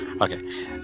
Okay